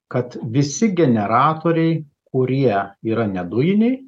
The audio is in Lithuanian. kad visi generatoriai kurie yra ne dujiniai